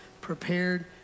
prepared